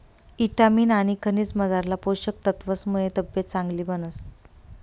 ईटामिन आनी खनिजमझारला पोषक तत्वसमुये तब्येत चांगली बनस